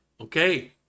Okay